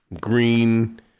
green